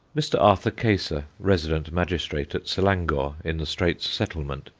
mr. arthur keyser, resident magistrate at selangor, in the straits settlement,